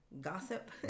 gossip